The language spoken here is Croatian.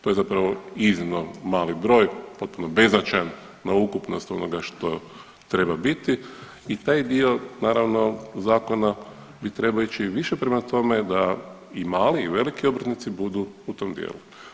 To je zapravo iznimno mali broj, potpuno beznačajan na ukupnost onoga što treba biti i taj dio naravno, Zakona bi trebao ići više prema tome da i mali i veliki obrtnici budu u tom dijelu.